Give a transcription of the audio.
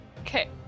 Okay